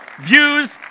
views